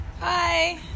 Hi